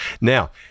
Now